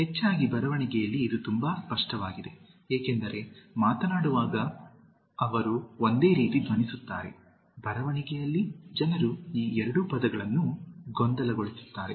ಹೆಚ್ಚಾಗಿ ಬರವಣಿಗೆಯಲ್ಲಿ ಇದು ತುಂಬಾ ಸ್ಪಷ್ಟವಾಗಿದೆ ಏಕೆಂದರೆ ಮಾತನಾಡುವಾಗ ಅವರು ಒಂದೇ ರೀತಿ ಧ್ವನಿಸುತ್ತಾರೆ ಬರವಣಿಗೆಯಲ್ಲಿ ಜನರು ಈ ಎರಡು ಪದಗಳನ್ನು ಗೊಂದಲಗೊಳಿಸುತ್ತಾರೆ